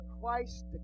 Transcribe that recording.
Christ